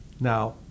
Now